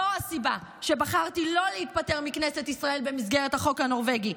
זו הסיבה שבחרתי לא להתפטר מכנסת ישראל במסגרת החוק הנורבגי.